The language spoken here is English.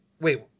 wait